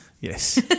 Yes